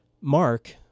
Mark